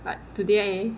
but today